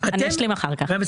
אני אשלים אחר כך.